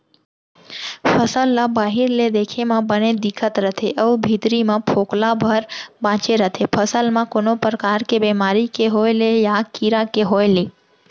फसल ह बाहिर ले देखे म बने दिखत रथे अउ भीतरी म फोकला भर बांचे रथे फसल म कोनो परकार के बेमारी के होय ले या कीरा के होय ले